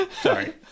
Sorry